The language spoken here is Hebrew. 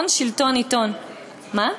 כּיעור.